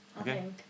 Okay